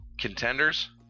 Contenders